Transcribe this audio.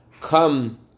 come